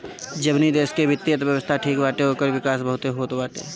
जवनी देस के वित्तीय अर्थव्यवस्था ठीक बाटे ओकर विकास बहुते होत बाटे